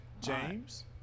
James